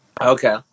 Okay